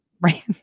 right